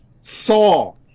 saw